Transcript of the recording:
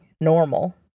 normal